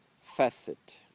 facet